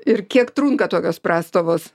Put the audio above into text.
ir kiek trunka tokios prastovos